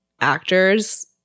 actors